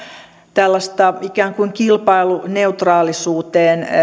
tällaista ikään kuin kilpailuneutraalisuuteen